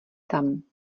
tam